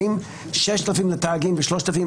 האם 6,000 לתאגיד ו-3,000 לפרטי,